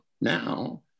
now